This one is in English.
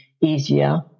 easier